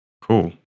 Cool